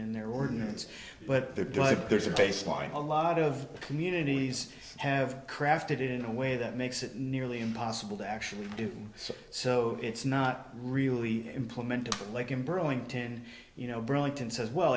in their ordinance but there does there's a baseline a lot of communities have crafted in a way that makes it nearly impossible to actually do so so it's not really implemented like in burlington you know burlington says well